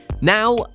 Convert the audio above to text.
Now